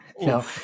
No